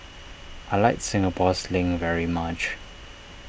I like Singapore Sling very much